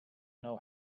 know